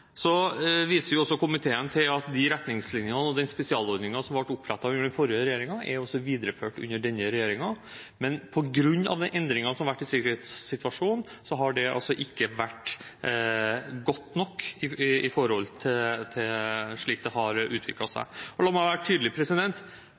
Så viser komiteen til at de retningslinjene og den spesialordningen som ble opprettet under den forrige regjeringen, også er videreført under denne regjeringen. Men på grunn av den endringen som har vært i sikkerhetssituasjonen, har det ikke vært godt nok i forhold til slik det har utviklet seg. La meg være tydelig: